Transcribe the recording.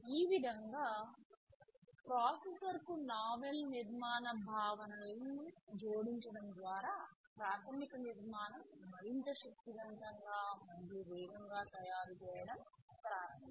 ఈ విధంగా ప్రాసెసర్ కు నావెల్ నిర్మాణ భావనలను జోడించడం ద్వారా ప్రాథమిక నిర్మాణం మరింత శక్తివంతంగా మరియు వేగంగా తయారుచేయడం ప్రారంభించింది